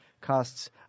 costs